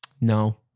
No